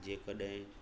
जे कॾहिं